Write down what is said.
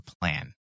plan